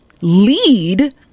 lead